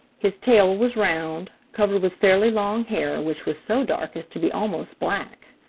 his tail was round, covered with fairly long hair which was so dark as to be almost black.